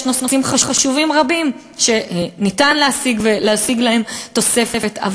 יש נושאים חשובים רבים שאפשר להשיג להם תוספת,